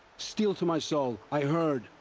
steel to my soul, i heard!